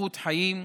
איכות חיים,